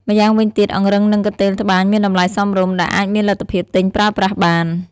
ម្យ៉ាងវិញទៀត អង្រឹងនិងកន្ទេលត្បាញមានតម្លៃសមរម្យ ដែលអាចមានលទ្ធភាពទិញប្រើប្រាស់បាន។